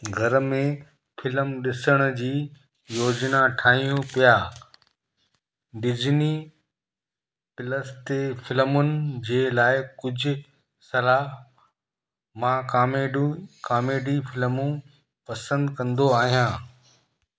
घर में फ़िल्म ॾिसण जी योजना ठाहियूं पिया डिजिनी प्लस ते फ़िल्मुनि जे लाइ कुझु तरह मां कामेडूं कामेडी फ़िल्मूं पसंदि कंदो आहियां